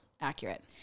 accurate